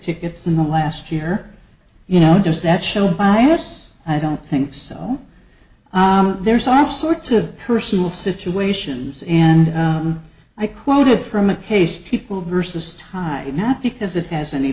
tickets in the last year you know does that show by us i don't think so there's all sorts of personal situations and i quoted from a case people versus tide not because it has any